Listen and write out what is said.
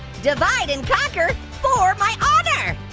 divide and conquer for my honor.